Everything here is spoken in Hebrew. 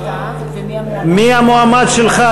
מי המועמד שלך,